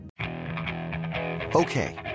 okay